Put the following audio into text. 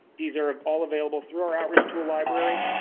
these are ah all available through our outreach tool library,